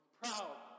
proud